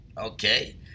okay